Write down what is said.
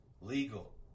legal